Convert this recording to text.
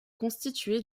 constitué